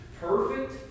perfect